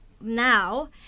Now